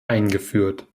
eingeführt